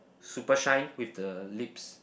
super shine with the lips